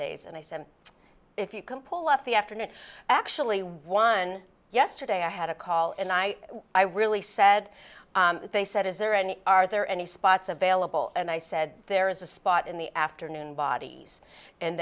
days and i said if you can pull up the afternoon actually one yesterday i had a call and i really said they said is there any are there any spots available and i said there is a spot in the afternoon bodies and